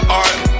art